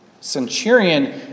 Centurion